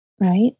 right